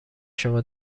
شما